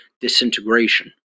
disintegration